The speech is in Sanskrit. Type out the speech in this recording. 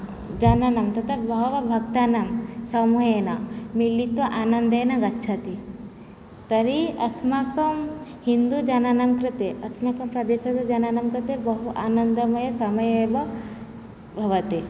जनानां तथा बहवः भक्तानां समूहेन मिलित्वा आनन्देन गच्छति तर्हि अस्माकं हिन्दुजनानां कृते अस्माकं प्रदेशजनानां कृते बहु आनन्दमयः समयः एव भवति